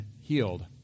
healed